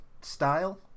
style